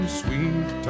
sweet